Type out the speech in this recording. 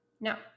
Now